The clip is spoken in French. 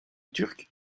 turque